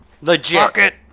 Legit